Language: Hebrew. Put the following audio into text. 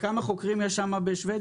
וכמה חוקרים יש שם בשוודיה?